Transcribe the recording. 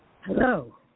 Hello